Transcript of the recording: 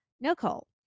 nicole